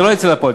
זה לא יצא לפועל,